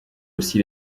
aussi